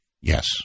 Yes